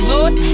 Lord